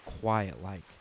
quiet-like